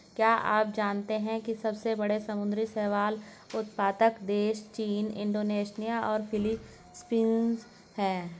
क्या आप जानते है सबसे बड़े समुद्री शैवाल उत्पादक देश चीन, इंडोनेशिया और फिलीपींस हैं?